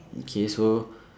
okay so